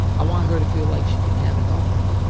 i want her to feel like she can have it all.